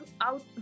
out